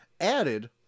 added